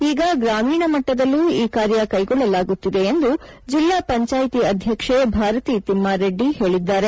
ಈಗ ಗ್ರಾಮೀಣ ಮಟ್ಟದಲ್ಲೂ ಈ ಕಾರ್ಯ ಕೈಗೊಳ್ಳಲಾಗುತ್ತಿದೆ ಎಂದು ಜಿಲ್ಲಾ ಪಂಚಾಯಿತಿ ಅಧ್ಯಕ್ಷೆ ಭಾರತಿ ತಿಮ್ಮಾರೆಡ್ಡಿ ಹೇಳಿದ್ದಾರೆ